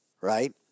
right